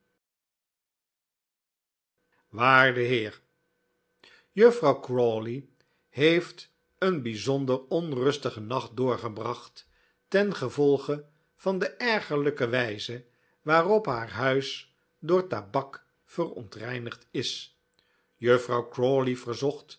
waarde heer juffrouw crawley heeft een bijzonder onrustigen nacht doorgebracht tengevolge van de ergerlijke wijze waarop haar huis door tabak verontreinigd is juffrouw crawley verzocht